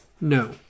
no